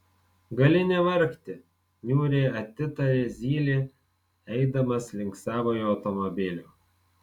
gali nevargti niūriai atitarė zylė eidamas link savojo automobilio